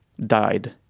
died